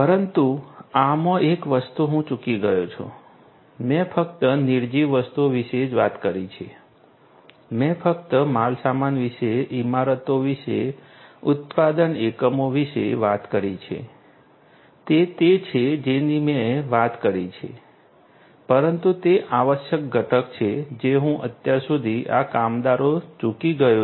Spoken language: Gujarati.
પરંતુ આમાં એક વસ્તુ હું ચૂકી ગયો છું મેં ફક્ત નિર્જીવ વસ્તુઓ વિશે જ વાત કરી છે મેં ફક્ત માલસામાન વિશે ઇમારતો વિશે ઉત્પાદન એકમો વિશે વાત કરી છે તે તે છે જેની મેં વાત કરી છે પરંતુ તે આવશ્યક ઘટક છે જે હું અત્યાર સુધી આ કામદારો ચૂકી ગયો છે